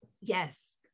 Yes